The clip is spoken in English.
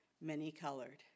many-colored